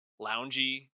loungy